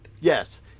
Yes